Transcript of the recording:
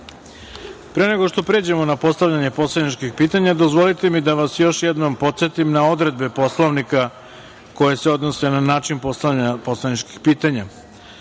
nego što pređemo na postavljanje poslaničkih pitanja, dozvolite mi da vas još jednom podsetim na odredbe Poslovnika Narodne skupštine koje se odnose na način postavljanja poslaničkih pitanja: